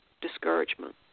discouragement